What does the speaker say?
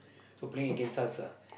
so playing against us lah